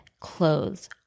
clothes